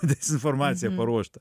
dezinformaciją paruoštą